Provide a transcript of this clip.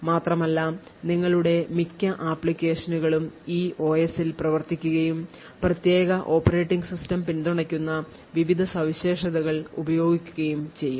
മാത്രമല്ല നിങ്ങളുടെ മിക്ക ആപ്ലിക്കേഷനുകളും ഈ ഒഎസിൽ പ്രവർത്തിക്കുകയും പ്രത്യേക ഓപ്പറേറ്റിംഗ് സിസ്റ്റം പിന്തുണയ്ക്കുന്ന വിവിധ സവിശേഷതകൾ ഉപയോഗിക്കുകയും ചെയ്യും